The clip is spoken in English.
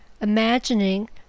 Imagining